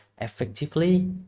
effectively